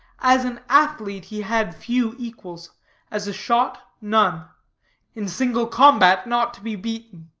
as an athlete, he had few equals as a shot, none in single combat, not to be beaten.